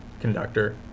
conductor